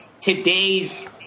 today's